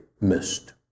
missed